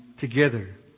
together